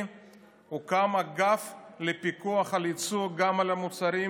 הוקם אגף לפיקוח על יצוא גם של המוצרים